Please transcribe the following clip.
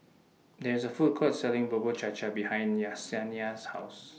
There IS A Food Court Selling Bubur Cha Cha behind Yesenia's House